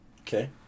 Okay